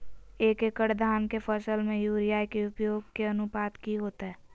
एक एकड़ धान के फसल में यूरिया के उपयोग के अनुपात की होतय?